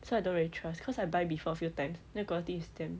so I don't really trust cause I buy before a few times then the quality is damn